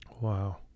Wow